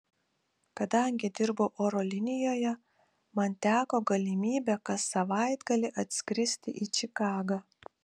kadangi dirbau oro linijoje man teko galimybė kas savaitgalį atskristi į čikagą